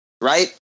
right